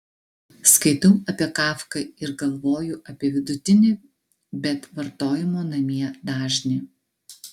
skaitau apie kafką ir galvoju apie vidutinį bet vartojimo namie dažnį